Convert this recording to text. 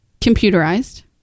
computerized